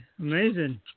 Amazing